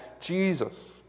Jesus